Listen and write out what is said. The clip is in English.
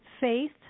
faith